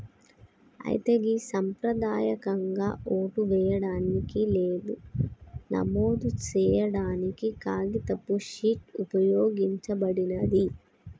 అయితే గి సంప్రదాయకంగా ఓటు వేయడానికి లేదా నమోదు సేయాడానికి కాగితపు షీట్ ఉపయోగించబడినాది